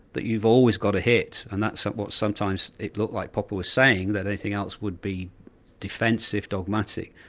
that you've always got a hit, and that's what sometimes it looked like popper was saying, that anything else would be defensive, dogmatic.